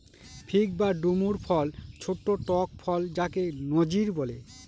fig বা ডুমুর ফল ছোট্ট টক ফল যাকে নজির বলে